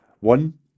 One